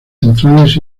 centrales